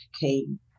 came